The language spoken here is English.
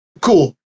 Cool